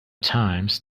times